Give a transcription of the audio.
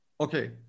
Okay